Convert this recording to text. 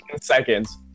seconds